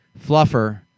fluffer